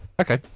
okay